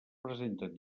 presenten